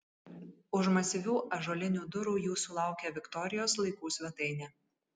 už masyvių ąžuolinių durų jūsų laukia viktorijos laikų svetainė